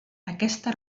aquesta